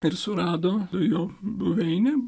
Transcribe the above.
ir surado jo buveinę